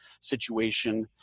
situation